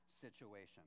situation